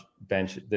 bench